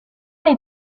les